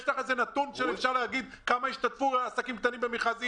האם יש לך נתון שאומר כמה עסקים קטנים השתתפו במכרזים?